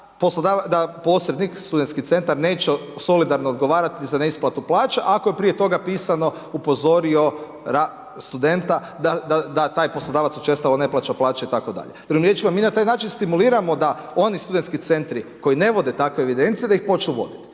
da posrednik studentski centar neće solidarno odgovarati za neisplatu plaću ako je prije toga pisano upozorio studenta da taj poslodavac učestalo ne plaća plaće itd. drugim riječima mi na taj način stimuliramo da oni studentski centri koji ne vode takve evidencije da ih počnu voditi